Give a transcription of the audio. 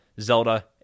Zelda